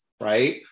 right